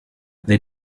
they